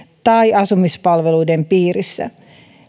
tai asumispalveluiden piirissä